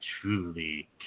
truly